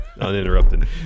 Uninterrupted